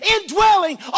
indwelling